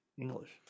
English